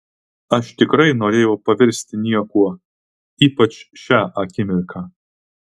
aš tikrai norėjau pavirsti niekuo ypač šią akimirką